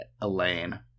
Elaine